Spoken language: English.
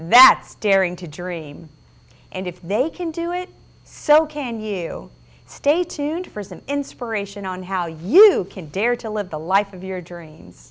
that's daring to dream and if they can do it so can you stay tuned for as an inspiration on how you can dare to live the life of your dreams